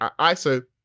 ISO